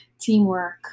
teamwork